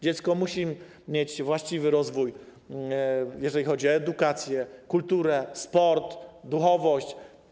Dziecko musi mieć zapewniony właściwy rozwój, jeżeli chodzi o edukację, kulturę, sport, duchowość.